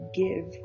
give